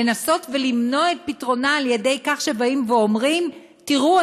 לנסות ולמנוע את פתרונה על-ידי כך שבאים ואומרים: תראו,